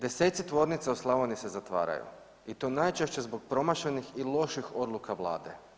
Deseci tvornica u Slavoniji se zatvaraju i to najčešće zbog promašenih i loših odluka Vlade.